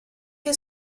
che